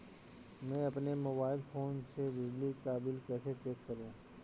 मैं अपने mobile phone से बिजली का बिल कैसे चेक करूं?